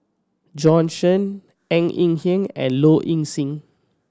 Bjorn Shen Ng Eng Hen and Low Ing Sing